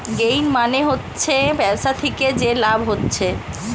gain মানে হচ্ছে ব্যবসা থিকে যে লাভ হচ্ছে